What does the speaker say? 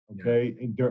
okay